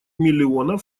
миллионов